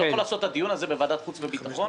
אני לא יכול לעשות את הדיון הזה בוועדת חוץ וביטחון